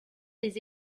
des